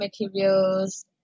materials